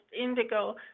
indigo